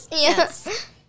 Yes